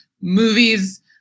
movies